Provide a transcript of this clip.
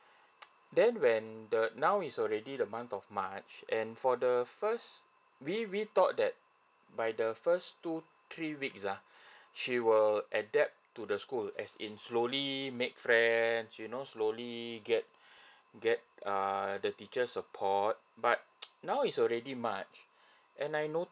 then when the now is already the month of march and for the first we we thought that by the first two three weeks uh she will adapt to the school as in slowly make friends you know slowly get get err the teacher's support but now is already march and I